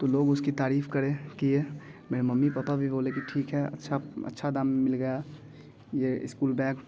तो लोग उसकी तारीफ़ करे किए मेरे मम्मी पापा भी बोले कि ठीक है अच्छा अच्छा दाम में मिल गया ये इस्कूल बैग